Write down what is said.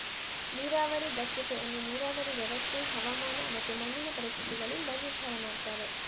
ನೀರಾವರಿ ದಕ್ಷತೆ ಅನ್ನು ನೀರಾವರಿ ವ್ಯವಸ್ಥೆ, ಹವಾಮಾನ ಮತ್ತೆ ಮಣ್ಣಿನ ಪರಿಸ್ಥಿತಿಗಳಿಂದ ನಿರ್ಧಾರ ಮಾಡ್ತಾರೆ